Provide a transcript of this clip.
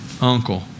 Uncle